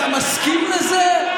אתה מסכים לזה?